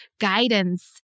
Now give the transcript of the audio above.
guidance